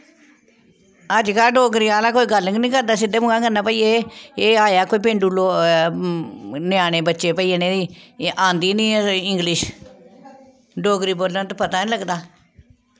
अजकल्ल डोगरी आह्ला कोई गल्ल गै निं करदा सिद्धे मूंहै कन्नै भाई एह् एह् आया कोई पेंडू ञ्यानें बच्चे भई इ'नेंगी आंदी गै निं ऐ इंगलिश डोगरी बोलन ते पता गै निं लगदा